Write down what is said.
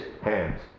hands